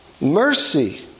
Mercy